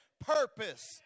purpose